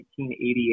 1988